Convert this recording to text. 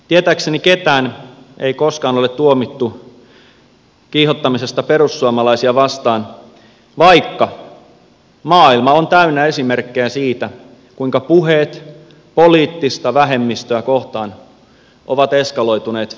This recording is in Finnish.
tietääkseni ketään ei koskaan ole tuomittu kiihottamisesta perussuomalaisia vastaan vaikka maailma on täynnä esimerkkejä siitä kuinka puheet poliittista vähemmistöä kohtaan ovat eskaloituneet veriteoiksi